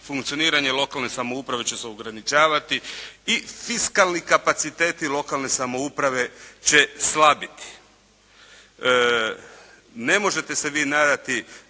Funkcioniranje lokalne samouprave će se ograničavati i fiskalni kapaciteti lokalne samouprave će slabiti. Ne možete se vi nadati